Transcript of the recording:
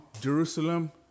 Jerusalem